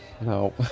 No